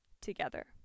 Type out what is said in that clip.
together